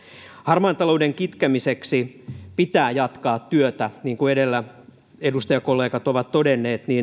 harmaan talouden kitkemiseksi pitää jatkaa työtä niin kuin edellä edustajakollegat ovat todenneet